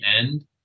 end